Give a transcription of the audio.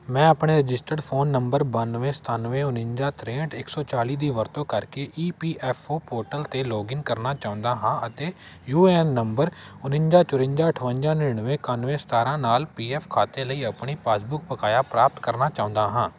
ਮੈਂ ਆਪਣੇ registered phone number ਬਾਨਵੇਂ ਸਤਾਨਵੇਂ ਉਣੰਜਾ ਤਰੇਹਟ ਇਕ ਸੋ ਚਾਲੀ ਦੀ ਵਰਤੋਂ ਕਰਕੇ E P F O portal ਅਤੇ ਲੌਗਇਨ ਕਰਨਾ ਚਾਹੁੰਦਾ ਹਾਂ ਅਤੇ ਯੂ ਏ ਐੱਨ ਨੰਬਰ ਉਣੰਜਾ ਚੁਰੰਜਾ ਅਠਵੰਜਾ ਨੜਿਨਵੇਂ ਇਕਾਨਵੇਂ ਸਤਾਰਾਂ ਨਾਲ ਪੀ ਐੱਫ ਖਾਤੇ ਲਈ ਆਪਣੀ ਪਾਸਬੁੱਕ ਬਕਾਇਆ ਪ੍ਰਾਪਤ ਕਰਨਾ ਚਾਹੁੰਦਾ ਹਾਂ